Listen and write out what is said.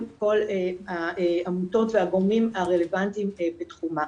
כל העמותות והגורמים הרלבנטיים בתחומה,